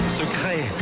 secret